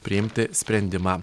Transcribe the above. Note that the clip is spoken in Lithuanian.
priimti sprendimą